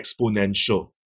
exponential